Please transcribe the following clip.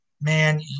man